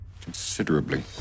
Considerably